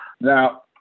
Now